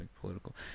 political